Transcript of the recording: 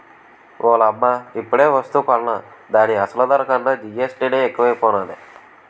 ఓలమ్మో ఇప్పుడేవస్తువు కొన్నా దాని అసలు ధర కన్నా జీఎస్టీ నే ఎక్కువైపోనాది